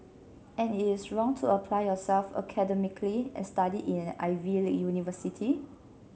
and it is wrong to apply yourself academically and study in an Ivy league university